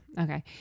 Okay